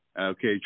okay